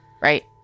right